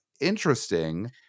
interesting